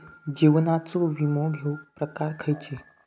जीवनाचो विमो घेऊक प्रकार खैचे?